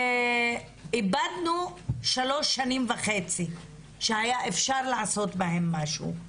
איבדנו שלוש שנים וחצי שבמהלכן אפשר היה לעשות משהו.